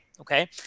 okay